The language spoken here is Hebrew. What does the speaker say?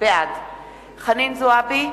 בעד חנין זועבי,